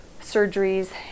surgeries